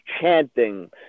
chanting